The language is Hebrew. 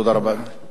תודה רבה, אדוני.